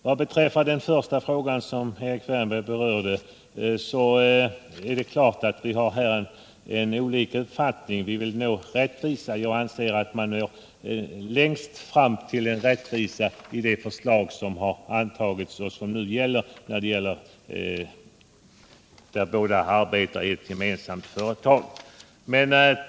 Vad beträffar den första frågan som Erik Wärnberg berörde, skattereglerna för makar som arbetar i ett gemensamt företag, har vi olika uppfattning. Vi vill båda uppnå rättvisa, och jag anser att man når längst i den vägen med de regler som nu gäller.